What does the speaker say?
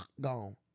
gone